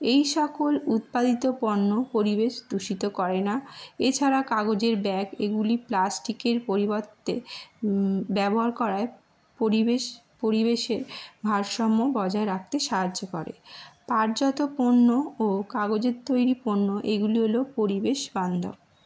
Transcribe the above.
এই সকল উৎপাদিত পণ্য পরিবেশ দূষিত করে না এছাড়া কাগজের ব্যাগ এগুলি প্লাস্টিকের পরিবর্তে ব্যবহার করায় পরিবেশ পরিবেশের ভারসাম্য বজায় রাখতে সাহায্য করে পাটজাত পণ্য ও কাগজের তৈরি পণ্য এইগুলি হল পরিবেশ বান্ধব